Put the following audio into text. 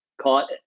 caught